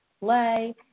play